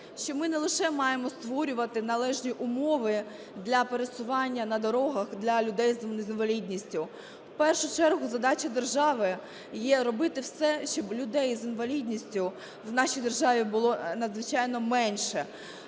що ми не лише маємо створювати належні умови для пересування на дорогах для людей з інвалідністю, у першу чергу задача держави є робити все, щоб людей з інвалідністю в нашій державі було надзвичайно менше.